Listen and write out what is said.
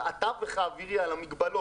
התקנות,